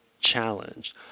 challenge